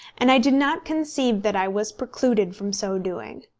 and i do not conceive that i was precluded from so doing.